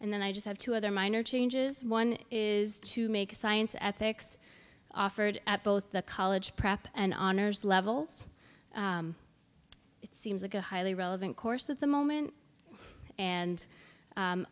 and then i just have two other minor changes one is to make science ethics offered at both the college prep and honors levels it seems like a highly relevant course at the moment and